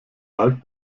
wald